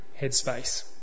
headspace